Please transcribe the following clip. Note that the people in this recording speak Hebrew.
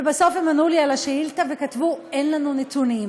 ובסוף הם ענו לי על השאילתה וכתבו: אין לנו נתונים.